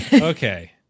Okay